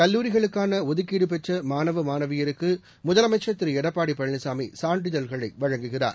கல்லூரிகளுக்கான ஒதுக்கீடு பெற்ற மாணவ மாணவியருக்கு முதலமைச்சர் திரு எடப்பாடி பழனிசாமி சான்றிதழ்களை வழங்குகிறார்